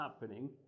happening